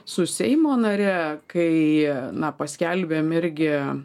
su seimo nare kai na paskelbėm irgi